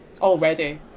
already